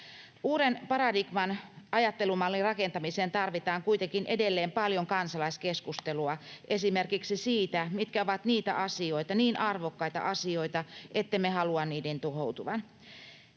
Uuden paradigman, ajattelumallin, rakentamiseen tarvitaan kuitenkin edelleen paljon kansalaiskeskustelua esimerkiksi siitä, mitkä ovat niitä asioita, niin arvokkaita asioita, ettemme halua niiden tuhoutuvan.